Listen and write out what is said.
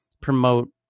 promote